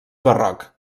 barroc